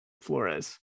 Flores